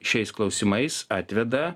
šiais klausimais atveda